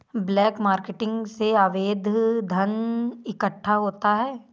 black marketing से अवैध धन इकट्ठा होता है